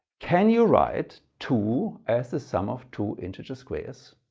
can you write two as the sum of two integer squares?